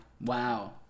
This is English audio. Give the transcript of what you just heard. wow